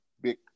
big